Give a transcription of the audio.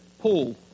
Paul